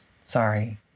sorry